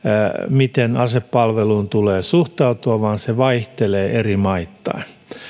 miten asepalveluun tulee suhtautua vaan se vaihtelee eri maittain